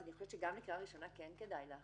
אני חושבת שגם לקריאה ראשונה כן כדאי להכניס.